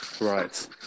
Right